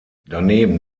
daneben